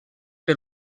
per